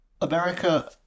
America